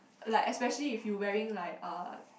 like especially if you wearing like uh